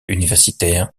universitaire